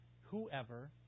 whoever